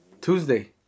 Tuesday